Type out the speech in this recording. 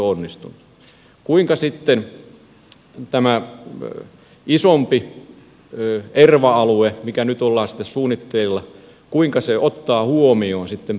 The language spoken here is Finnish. kuinka sitten tämä isompi erva alue mikä nyt on suunnitteilla ottaa huomioon pienemmät alueet